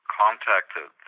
contacted